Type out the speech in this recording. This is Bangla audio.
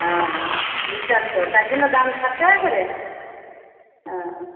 ও বিশাল তো তার জন্য দাম ষাট টাকা করে ও